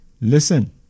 Listen